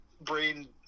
brain